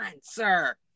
sir